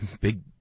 big